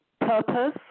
purpose